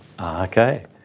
okay